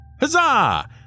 Huzzah